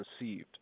received